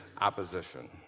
opposition